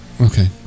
Okay